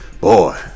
boy